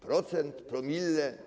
Procent, promil?